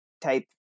type